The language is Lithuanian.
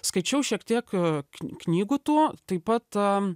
skaičiau šiek tiek knygų tuo taip pat